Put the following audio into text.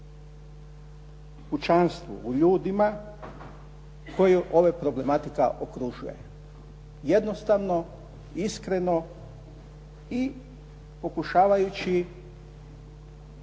u ljudima koje ova problematika okružuje. Jednostavno iskreno i pokušavajući